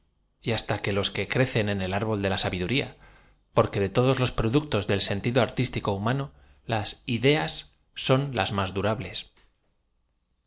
y hasta que los que crecen en el árbol de la sa biduria porque de todos los productos del sentido artístico humano las id eoi son las más durables